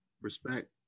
respect